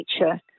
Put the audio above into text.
nature